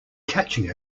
catching